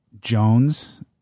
Jones